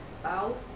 spouse